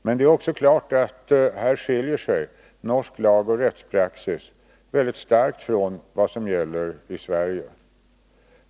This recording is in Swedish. Men det är också klart att här skiljer sig norsk lag och rättspraxis mycket starkt från vad som gäller i Sverige.